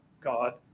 God